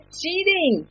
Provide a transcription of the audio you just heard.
cheating